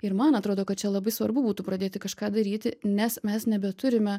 ir man atrodo kad čia labai svarbu būtų pradėti kažką daryti nes mes nebeturime